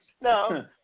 No